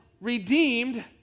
redeemed